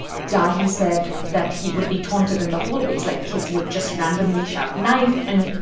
dahi said that he would be taunted in the hallways. like, kids would just randomly shout, knife and,